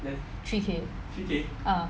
three K